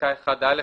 (ב)בפסקה (1א),